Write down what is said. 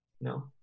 No